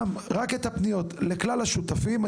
רק את הפניות לכלל השותפים.